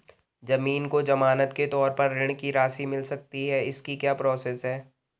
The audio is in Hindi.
ज़मीन को ज़मानत के तौर पर ऋण की राशि मिल सकती है इसकी क्या प्रोसेस है?